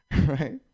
Right